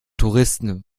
touristen